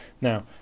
Now